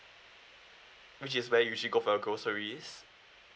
which is where you usually go for your groceries